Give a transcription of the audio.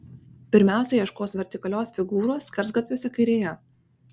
pirmiausia ieškos vertikalios figūros skersgatviuose kairėje